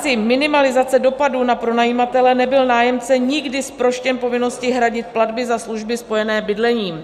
V rámci minimalizace dopadů na pronajímatele nebyl nájemce nikdy zproštěn povinnosti hradit platby za služby spojené s bydlením.